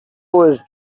was